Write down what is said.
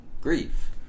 grief